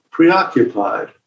preoccupied